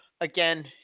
again